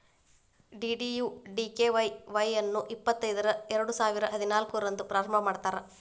DDUGKY Y ಅನ್ನು ಇಪ್ಪತೈದರ ಎರಡುಸಾವಿರ ಹದಿನಾಲ್ಕು ರಂದ್ ಪ್ರಾರಂಭ ಮಾಡ್ಯಾರ್